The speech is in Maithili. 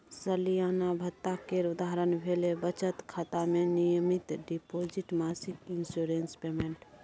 सलियाना भत्ता केर उदाहरण भेलै बचत खाता मे नियमित डिपोजिट, मासिक इंश्योरेंस पेमेंट